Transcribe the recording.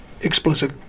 explicit